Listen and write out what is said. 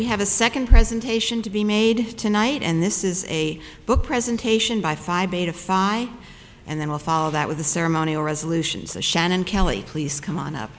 we have a second presentation to be made tonight and this is a book presentation by five beta fi and then we'll follow that with the ceremonial resolutions the shannon kelly please come on up